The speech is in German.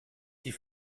die